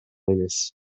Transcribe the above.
эмес